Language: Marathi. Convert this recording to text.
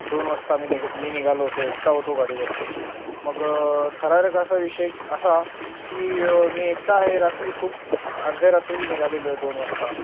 दोन वाजता मी निग मी निघालो होतो एकटा होतो गाडीवरती मग थरारक असा विषय असा की मी एकटा आहे रात्री खूप अर्ध्या रात्री निघालेलो आहे दोन वाजता